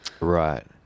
right